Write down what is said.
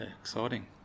exciting